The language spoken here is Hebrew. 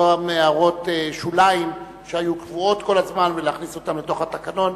הערות שוליים שהיו קבועות כל הזמן ולהכניס אותן לתוך התקנון,